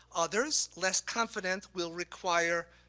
others less confident will require,